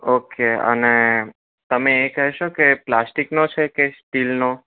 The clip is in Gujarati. ઓકે અને તમે એ કહેશો કે પ્લાસ્ટિકનો છે કે સ્ટીલનો